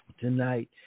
tonight